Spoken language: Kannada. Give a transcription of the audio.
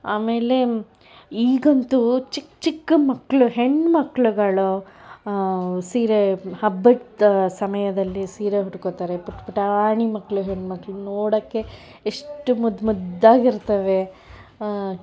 ಆಮೇಲೆ ಈಗ ಅಂತೂ ಚಿಕ್ಕ ಚಿಕ್ಕ ಮಕ್ಕಳು ಹೆಣ್ಣು ಮಕ್ಕಳುಗಳು ಸೀರೆ ಹಬ್ಬದ ಸಮಯದಲ್ಲಿ ಸೀರೆ ಉಟ್ಕೋತಾರೆ ಪುಟ್ಟ ಪುಟಾಣಿ ಮಕ್ಕಳು ಹೆಣ್ಣು ಮಕ್ಕಳು ನೋಡೋಕೆ ಎಷ್ಟು ಮುದ್ದು ಮುದ್ದಾಗಿ ಇರ್ತವೆ